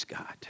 God